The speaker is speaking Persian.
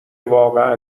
واقعا